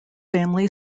family